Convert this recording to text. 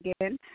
again